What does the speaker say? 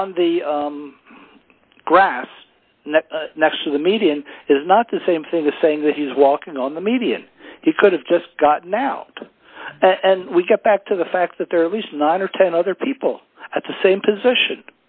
on the grass next to the median is not the same thing as saying that he's walking on the median he could have just gotten out and we get back to the fact that there are at least not are ten other people at the same position